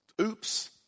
oops